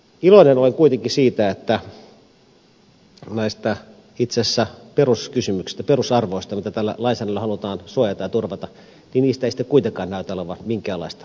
iloinen olen kuitenkin siitä että itse asiassa näistä peruskysymyksistä perusarvoista mitä tällä lainsäädännöllä halutaan suojata ja turvata ei sitten kuitenkaan näytä olevan minkäänlaista erimielisyyttä